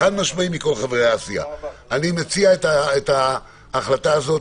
אני מציע את ההחלטה הזו